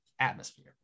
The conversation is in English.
atmosphere